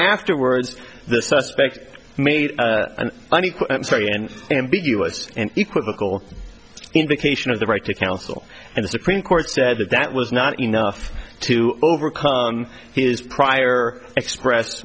afterwards the suspect made an unequal sorry and ambiguous and equivocal invocation of the right to counsel and the supreme court said that that was not enough to overcome his prior expressed